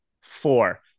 four